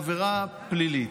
לעבירה פלילית.